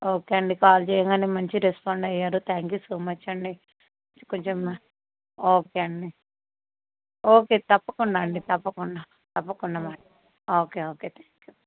okay అండి call చేయగానే మంచిగా రెస్పాండ్ అయ్యారు థ్యాంక్ యూ సో మచ్ అండి కొంచెం ఓకే అండి ఓకే తప్పకుండా అండి తప్పకుండా తప్పకుండా madam okay okay thank you